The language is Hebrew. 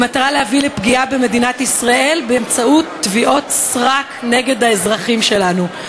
במטרה להביא לפגיעה במדינת ישראל באמצעות תביעות סרק נגד האזרחים שלנו.